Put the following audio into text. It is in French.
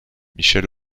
michel